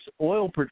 Oil